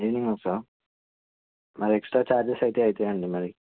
evening వస్తారా మరి extra charges అయితే అవుతాయి అండి మరి